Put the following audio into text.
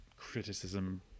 criticism